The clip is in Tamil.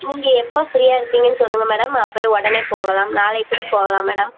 நீங்கள் எப்போ ஃபிரீயாக இருப்பீங்கனு சொல்லுங்க மேடம் அப்போயே உடனே போகலாம் நாளைக்கு கூட போகலாம் மேடம்